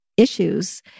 issues